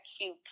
cute